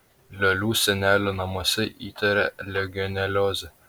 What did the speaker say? liolių senelių namuose įtarė legioneliozę